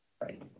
Right